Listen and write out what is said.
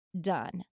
done